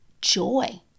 joy